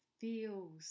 feels